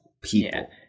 people